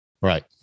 right